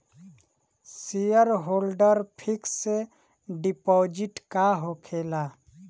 Shareholder fix deposit का होखे ला?